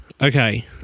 Okay